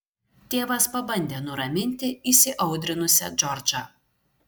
tėvas pabandė nuraminti įsiaudrinusią džordžą